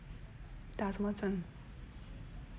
打什么针